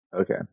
Okay